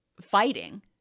fighting